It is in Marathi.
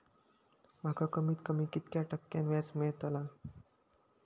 माका कमीत कमी कितक्या टक्क्यान व्याज मेलतला?